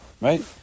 right